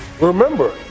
remember